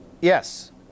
Yes